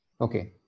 Okay